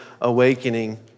awakening